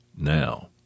now